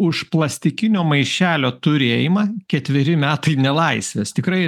už plastikinio maišelio turėjimą ketveri metai nelaisvės tikrai